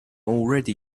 already